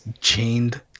chained